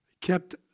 kept